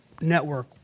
network